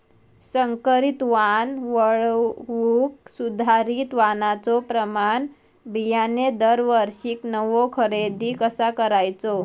संकरित वाण वगळुक सुधारित वाणाचो प्रमाण बियाणे दरवर्षीक नवो खरेदी कसा करायचो?